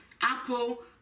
Apple